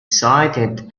cited